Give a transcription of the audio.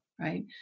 right